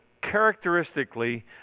characteristically